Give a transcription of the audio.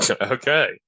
okay